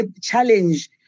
challenge